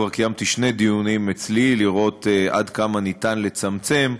כבר קיימתי שני דיונים אצלי לראות עד כמה אפשר לצמצם.